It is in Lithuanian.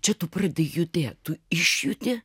čia tu pradedi judėt tu išjudi